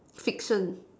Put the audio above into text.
fiction